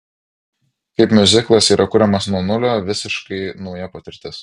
kaip miuziklas yra kuriamas nuo nulio visiškai nauja patirtis